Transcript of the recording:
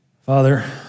Father